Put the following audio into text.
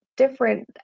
different